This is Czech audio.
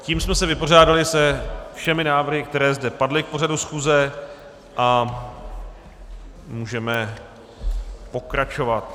Tím jsme se vypořádali se všemi návrhy, které zde padly k pořadu schůze, a můžeme pokračovat.